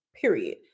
Period